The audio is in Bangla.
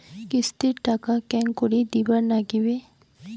কিস্তির টাকা কেঙ্গকরি দিবার নাগীবে?